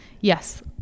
yes